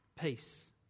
Peace